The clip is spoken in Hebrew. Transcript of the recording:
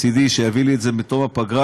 מצדי שיביא לי את זה בתום הפגרה,